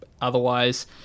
otherwise